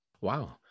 Wow